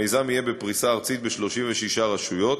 המיזם יהיה בפריסה ארצית, ב-36 רשויות,